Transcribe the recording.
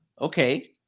okay